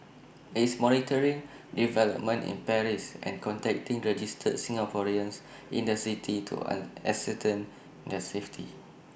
it's monitoring developments in Paris and contacting registered Singaporeans in the city to ascertain their safety